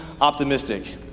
Optimistic